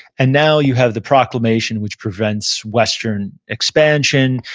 and now you have the proclamation which prevents western expansion.